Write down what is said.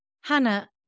Hannah